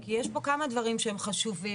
כי יש פה כמה דברים שהם חשובים,